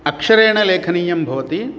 अक्षरेण लेखनीयं भवति